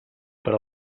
per